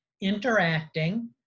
interacting